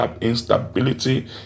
instability